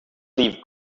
leave